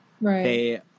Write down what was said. Right